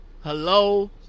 Hello